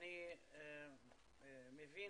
אני מבין